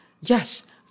yes